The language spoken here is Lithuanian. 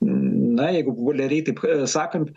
na jeigu populiariai taip sakant